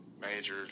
major